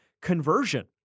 conversion